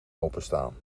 openstaan